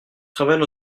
travaille